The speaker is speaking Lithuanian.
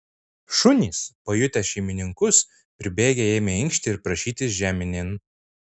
šunys pajutę šeimininkus pribėgę ėmė inkšti ir prašytis žeminėn